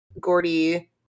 Gordy